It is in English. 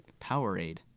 Powerade